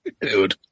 Dude